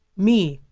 me,